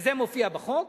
וזה מופיע בחוק,